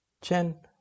Chen